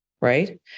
Right